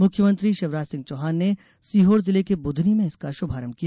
मुख्यमंत्री शिवराज सिंह चौहान ने सीहोर जिले के बुधनी में इसका शुभारंभ किया